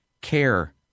care